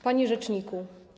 Panie Rzeczniku!